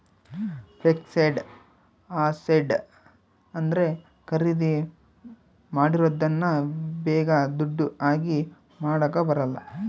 fixed asset ಅಂದ್ರೆ ಖರೀದಿ ಮಾಡಿರೋದನ್ನ ಬೇಗ ದುಡ್ಡು ಆಗಿ ಮಾಡಾಕ ಬರಲ್ಲ